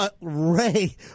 Ray